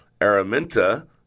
Araminta